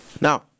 Now